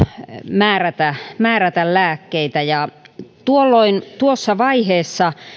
määrätä määrätä lääkkeitä ja tuossa vaiheessa